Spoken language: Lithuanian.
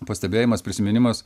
pastebėjimas prisiminimas